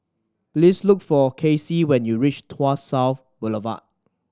please look for Kasey when you reach Tuas South Boulevard